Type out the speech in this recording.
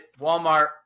Walmart